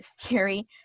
theory